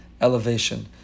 elevation